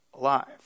alive